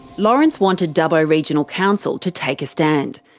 lawrence wanted dubbo regional council to take a stand.